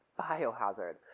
biohazard